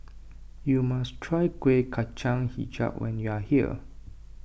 you must try Kueh Kacang HiJau when you are here